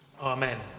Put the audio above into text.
Amen